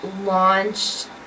launched